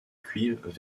cuivre